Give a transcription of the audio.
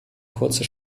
kurze